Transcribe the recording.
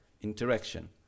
interaction